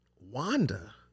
Wanda